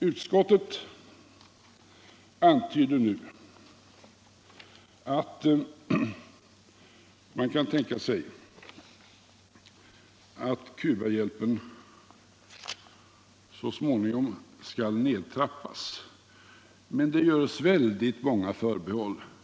Utskottet antyder nu att man kan tänka sig att Cubahjälpen så småningom skall nedtrappas, men det görs väldigt många förbehåll.